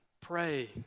Pray